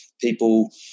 people